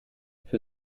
für